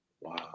Wow